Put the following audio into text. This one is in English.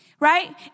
Right